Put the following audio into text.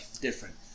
different